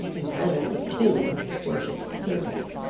in presence of two of his worship's servants.